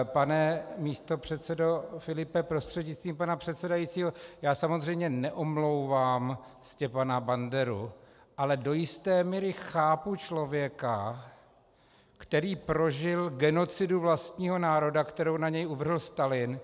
Pane místopředsedo Filipe prostřednictvím pana předsedajícího, já samozřejmě neomlouvám Stepana Banderu, ale do jisté míry chápu člověka, který prožil genocidu vlastního národa, kterou na něj uvrhl Stalin.